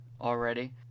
already